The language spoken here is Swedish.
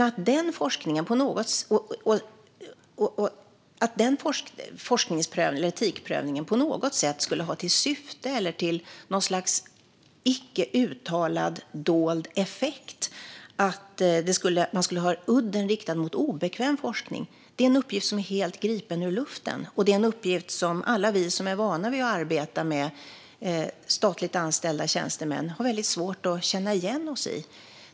Att den etikprövningen på något sätt skulle ha till syfte eller som något slags icke uttalad dold effekt att udden skulle vara riktad mot obekväm forskning är en uppgift som är helt gripen ur luften och som alla vi som är vana vid att arbeta med statligt anställda tjänstemän har väldigt svårt att känna igen oss i.